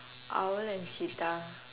owl and cheetah